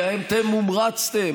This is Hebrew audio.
כי אתם "הומרצתם".